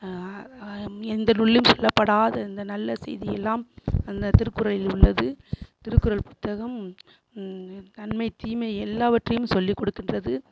எந்த நூல்லேயும் சொல்லப்படாத அந்த நல்ல செய்தி எல்லாம் அந்தத் திருக்குறளில் உள்ளது திருக்குறள் புத்தகம் ந நன்மை தீமை எல்லாவற்றையும் சொல்லிக் கொடுக்கின்றது